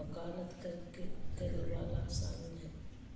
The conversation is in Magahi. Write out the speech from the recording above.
वकालत करे वला शामिल हइ